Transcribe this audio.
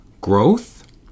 growth